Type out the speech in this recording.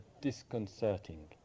disconcerting